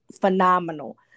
phenomenal